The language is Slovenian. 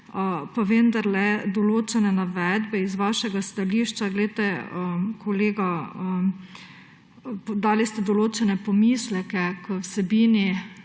Pa vendarle določene navedbe iz vašega stališča, glejte, kolega, dali ste določene pomisleke k vsebini